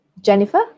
Jennifer